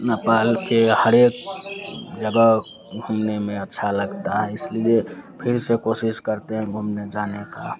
नेपाल के हर एक जगह घूमने में अच्छा लगता है इसलिए फिर से कोशिश करते हैं घूमने जाने का